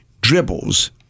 dribbles